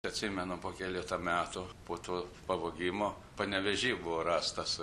atsimenu po keleto metų po to pavogimo panevėžy buvo rastas